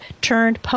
turned